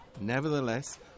Nevertheless